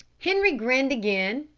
henri grinned again,